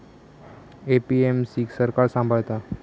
APMC क सरकार सांभाळता